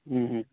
ہوں ہوں